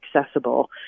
accessible